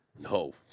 No